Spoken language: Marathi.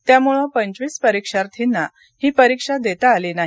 त्यामुळे पंचवीस परीक्षार्थींना ही परीक्षा देता आली नाही